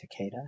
Takeda